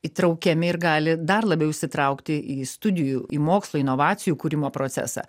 įtraukiami ir gali dar labiau įsitraukti į studijų į mokslo inovacijų kūrimo procesą